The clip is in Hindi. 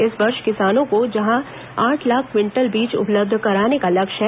इस वर्ष किसानों को जहां आठ लाख क्विंटल बीज उपलब्ध कराने का लक्ष्य है